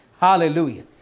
Hallelujah